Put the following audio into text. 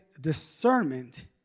discernment